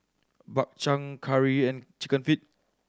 Bak Chang curry and Chicken Feet